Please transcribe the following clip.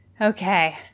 Okay